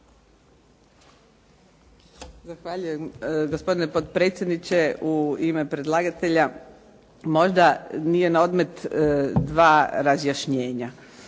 (HNS)** Gospodine potpredsjedniče u ime predlagatelja možda nije na odmet 2 razjašnjenja.